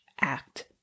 act